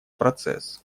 процесс